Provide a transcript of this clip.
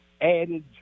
added